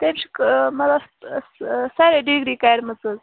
تٔمۍ چھِ مطلب ساریٚے ڈِگری کٔرمٕژ حظ